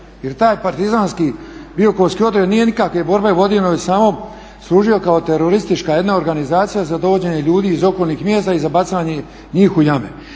jer taj partizanski biokovski odred nije nikakve borbe vodio nego je samo služio kao teroristička jedna organizacija za dovođenje ljudi iz okolnih mjesta i za bacanje njih u jame.